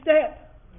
step